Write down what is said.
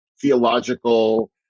theological